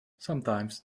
sometimes